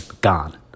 gone